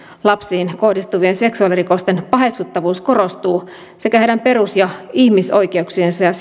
lapsiin kohdistuvien seksuaalirikosten paheksuttavuus korostuu sekä heidän perus ja ihmisoikeuksiensa ja seksuaalisen